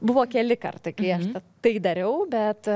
buvo keli kartai kai aš tai dariau bet